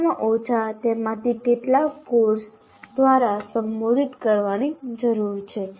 ઓછામાં ઓછા તેમાંથી કેટલાકને કોર્સ દ્વારા સંબોધિત કરવાની જરૂર છે